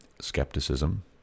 skepticism